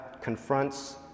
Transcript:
confronts